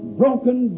broken